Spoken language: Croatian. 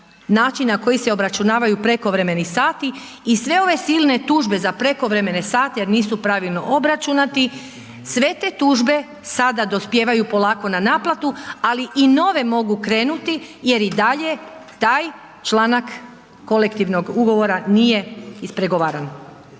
način na koji se obračunavaju prekovremeni sati i sve ove silne tužbe za prekovremene sate jer nisu pravilno obračunati, sve te tužbe sada dospijevaju polako na naplatu ali i nove mogu krenuti jer i dalje taj članak kolektivnog ugovora nije ispregovaran.